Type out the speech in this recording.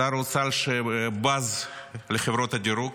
שר אוצר שבז לחברות הדירוג,